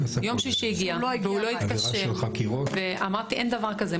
יום שישי הגיע והוא לא התקשר ואמרתי אין דבר כזה,